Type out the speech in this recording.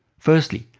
firstly,